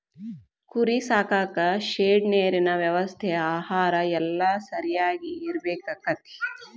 ಕುರಿ ಸಾಕಾಕ ಶೆಡ್ ನೇರಿನ ವ್ಯವಸ್ಥೆ ಆಹಾರಾ ಎಲ್ಲಾ ಸರಿಯಾಗಿ ಇರಬೇಕಕ್ಕತಿ